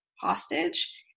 hostage